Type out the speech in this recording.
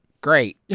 great